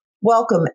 Welcome